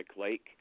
Lake